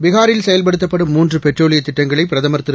பீகாரில்செயல்படுத்தப்படும்மூன்றுபெட்ரோலியத்திட்டங்க ளை பிரதமர்திரு